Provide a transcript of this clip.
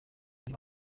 muri